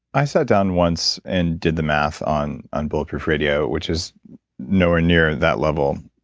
i sat down once and did the math on on bulletproof radio, which is nowhere near that level,